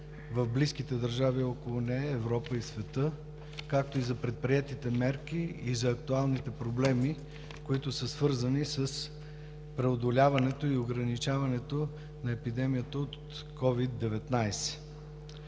в близките държави около нея, Европа и света, както и за предприетите мерки и за актуалните проблеми, които са свързани с преодоляването и ограничаването на епидемията от COVID-19.